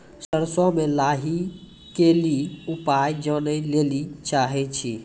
सरसों मे लाही के ली उपाय जाने लैली चाहे छी?